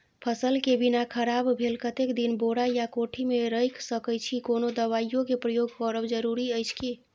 फसल के बीना खराब भेल कतेक दिन बोरा या कोठी मे रयख सकैछी, कोनो दबाईयो के प्रयोग करब जरूरी अछि की?